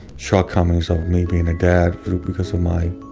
shortcomings of me being a dad because of my